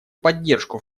поддержку